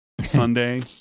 Sunday